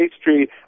Street